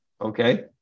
okay